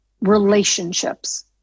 relationships